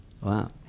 Wow